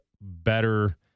better